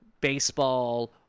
baseball